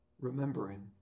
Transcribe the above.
remembering